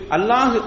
Allah